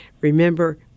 Remember